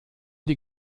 die